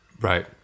Right